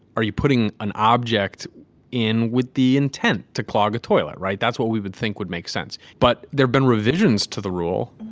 are you putting an object in with the intent to clog a toilet? right. that's what we would think would make sense. but there've been revisions to the rule.